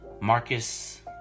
Marcus